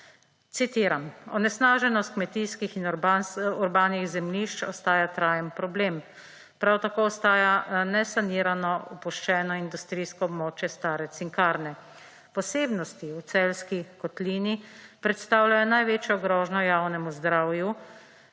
Citiram: »Onesnaženost kmetijskih in urbanih zemljišč ostaja trajen problem. Prav tako ostaja nesanirano opuščeno industrijsko območje stare Cinkarne. Posebnosti v Celjski kotlini predstavljajo največjo grožnjo javnemu zdravju,